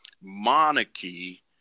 monarchy